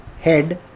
head